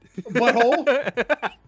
Butthole